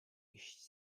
iść